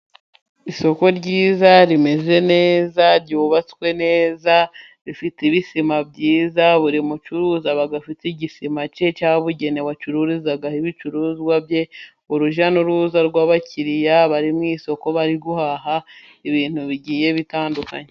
Isoko ryiza, rimeze neza, ryubatswe neza, rifite ibisima byiza, buri mucuruzi aba afite igisima ke cyabugenewe acururizaho ibicuruzwa bye. Urujya n'uruza rw'abakiriya bari mu isoko, bari guhaha ibintu bigiye bitandukanye.